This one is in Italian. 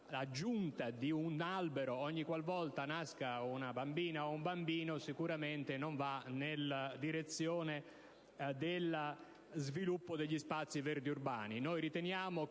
aggiunta di un albero ogni qualvolta nascano una bambina o un bambino non va nella direzione dello sviluppo degli spazi verdi urbani.